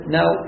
now